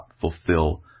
fulfill